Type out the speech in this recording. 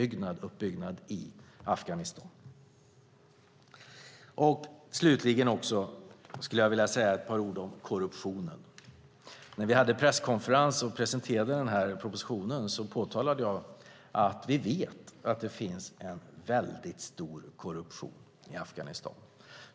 Slutligen skulle jag vilja säga ett par ord om korruptionen. När vi hade presskonferens och presenterade propositionen påtalade jag att vi vet att det finns en stor korruption i Afghanistan.